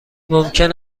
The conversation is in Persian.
ممکن